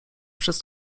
przez